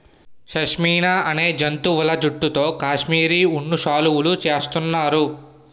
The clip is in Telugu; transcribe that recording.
షష్మినా అనే జంతువుల జుట్టుతో కాశ్మిరీ ఉన్ని శాలువులు చేస్తున్నారు